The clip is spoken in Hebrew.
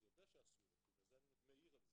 אני יודע שאסור לכן אני מעיר על זה.